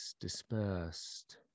dispersed